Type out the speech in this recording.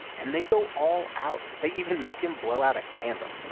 and they go all out. they even make him blow out a candle